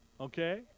Okay